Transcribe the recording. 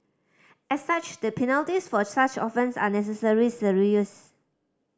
as such the penalties for such offence are necessary serious